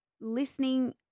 listening